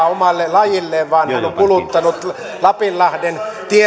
omalle lajilleen vaan hän on kuluttanut lapinlahden